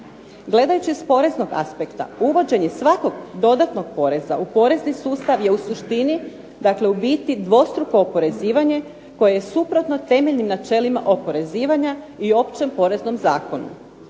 Gledajući s poreznog aspekta uvođenje svakog dodatnog poreza u porezni sustav je u suštini dakle u biti dvostruko oporezivanje koje je suprotno temeljnim načelima oporezivanja i Općem poreznom zakonu.